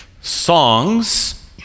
songs